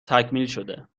تکمیلشده